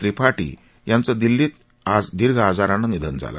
त्रिपाठी यांचं दिल्लीत दीर्घ आजारानं आज निधन झालं